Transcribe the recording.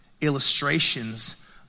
illustrations